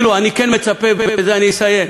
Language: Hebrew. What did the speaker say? אני כן מצפה, ובזה אני אסיים,